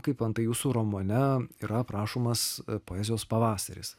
kaip antai jūsų romane yra aprašomas poezijos pavasaris